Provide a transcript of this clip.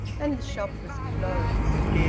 and the shop was closed.